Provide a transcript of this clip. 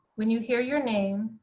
when you hear your name,